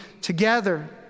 together